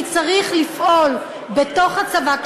כי צריך לפעול בתוך הצבא,